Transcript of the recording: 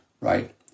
right